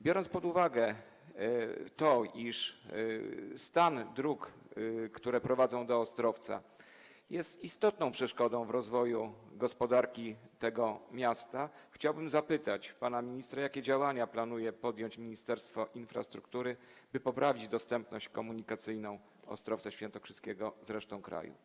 Biorąc pod uwagę to, iż stan dróg, które prowadzą do Ostrowca, jest istotną przeszkodą w rozwoju gospodarki tego miasta, chciałbym zapytać pana ministra, jakie działania planuje podjąć Ministerstwo Infrastruktury, by poprawić dostępność komunikacyjną Ostrowca Świętokrzyskiego z resztą kraju.